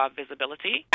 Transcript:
visibility